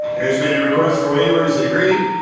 there has been a request for waiver. is it agreed?